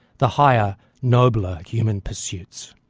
the higher, nobler, human pursuits.